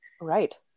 Right